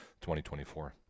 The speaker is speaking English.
2024